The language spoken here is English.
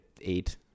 eight